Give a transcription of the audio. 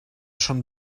schon